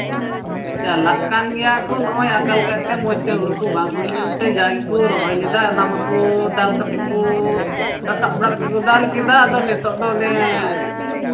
ᱪᱟᱞᱟᱜ ᱠᱟᱱ ᱜᱮᱭᱟ ᱠᱚ ᱱᱚᱜᱼᱚᱭ ᱟᱠᱟᱞ ᱠᱟᱜ ᱛᱮ ᱢᱚᱡᱽ ᱛᱮ ᱦᱩᱲᱩ ᱠᱚ ᱵᱟᱝ ᱦᱩᱭ ᱞᱮᱱ ᱛᱮ ᱡᱟ ᱜᱮᱠᱚ ᱨᱚᱦᱚᱭ ᱞᱮᱫᱟ ᱚᱱᱟ ᱢᱟᱠᱚ ᱫᱟᱞ ᱠᱟᱛᱮᱫ ᱠᱚ ᱨᱟᱠᱟᱵ ᱵᱟᱲᱟ ᱠᱟᱛᱮᱫ ᱠᱚ ᱫᱟᱞ ᱠᱮᱫᱟ ᱟᱫᱚ ᱱᱤᱛᱚᱜ ᱫᱚ ᱚᱱᱮ